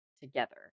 together